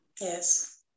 Yes